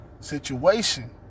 Situation